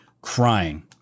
crying